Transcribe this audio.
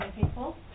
people